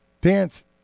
dance